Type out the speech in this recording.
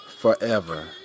forever